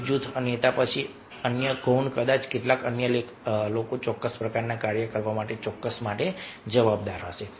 એક જૂથ નેતા પછી અન્ય ગૌણ કદાચ કેટલાક અન્ય લોકો ચોક્કસ પ્રકારના કાર્ય કરવા માટે ચોક્કસ માટે જવાબદાર હશે